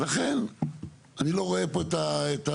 לכן, אני לא רואה פה את הבעייתיות.